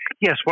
Yes